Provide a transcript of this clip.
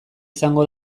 izango